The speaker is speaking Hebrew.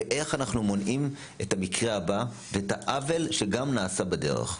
ואיך אנחנו מונעים את המקרה הבא ואת העוול שגם נעשה בדרך.